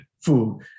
food